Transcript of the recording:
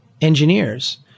engineers